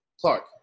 Clark